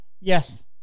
Yes